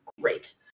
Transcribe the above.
Great